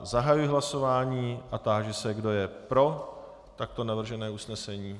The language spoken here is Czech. Zahajuji hlasování a táži se, kdo je pro takto navržené usnesení.